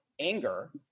anger